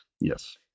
Yes